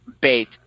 bait